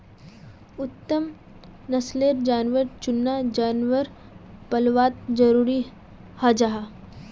उत्तम नस्लेर जानवर चुनना जानवर पल्वात ज़रूरी हं जाहा